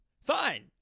Fine